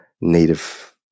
native